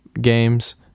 games